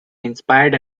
inspired